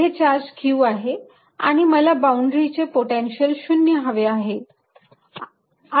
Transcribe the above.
येथे charge q आहे आणि मला बाउंड्रीचे पोटेन्शियल 0 हवे आहे